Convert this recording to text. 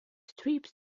strips